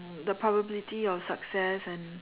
the probability of success and